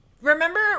remember